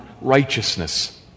righteousness